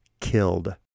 killed